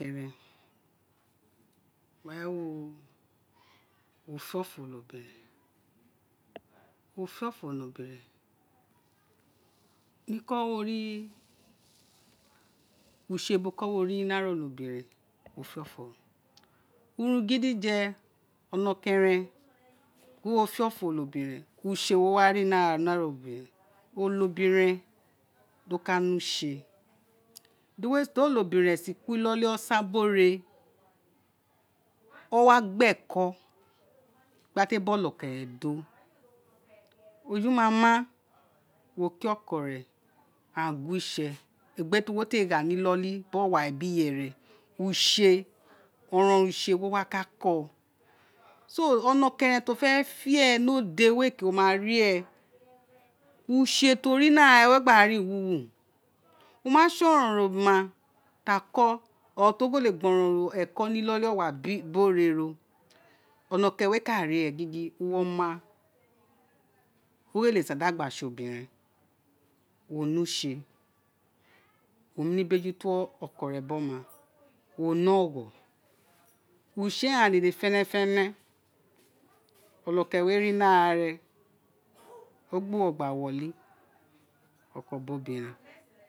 Ẹrẹn wo gin wo fe ofo onobi rẹn wo fẹ ofo onobiren usé bo ko wori ni ara onobiren ti wo fe ofo ro urun gidije onokeren gin wo fẹ ofo onobiren use wo wari ni ara onobiren wé obiren do ka ne usé di onobiren si kuri inoli osa biri ore a gbe eko gba te bi ọnọkẹrẹn do eju ma ma wo kin ọkọ re aghan gwe itse egbe ti wo té gha ni inọli biri ọware biri iyẹrẹ usé oronron usé wo wa ka ko so onokeren to fẹ fi ẹ ni ode wé ké o ma fi ẹ usé ti o mari ni ara rẹ o gba ri wuwu o mase oron ron onta ti a ko or ti o kèlé gba ọrọnrọn eko ni inoli owa biri ore onokeren wé kari ee uwo ome wo rele sandi aghon gba sé o biren wo ne usé wo nó mi bejuto oko re biri wo ne ogho use ghan dede fenefene ọnọkẹrẹn wé ri ni ara o gba uwo gba wọ uli ọkọ biri obiren